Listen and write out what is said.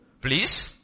please